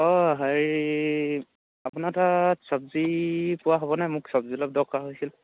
অঁ সেই আপোনাৰ তাত চবজি পোৱা হ'বনে মোক চবজি অলপ দৰকাৰ হৈছিলে